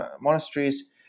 monasteries